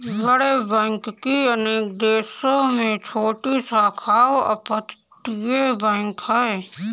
बड़े बैंक की अनेक देशों में छोटी शाखाओं अपतटीय बैंक है